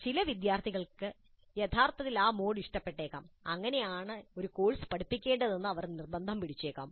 ചില വിദ്യാർത്ഥികൾക്ക് യഥാർത്ഥത്തിൽ ആ മോഡ് ഇഷ്ടപ്പെട്ടേക്കാം അങ്ങനെയാണ് ഒരു കോഴ്സ് പഠിപ്പിക്കേണ്ടതെന്ന് അവർ നിർബന്ധം പിടിച്ചേക്കാം